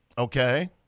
Okay